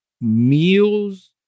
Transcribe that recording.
Meals